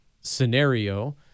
scenario